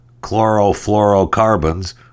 chlorofluorocarbons